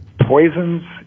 Poisons